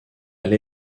elle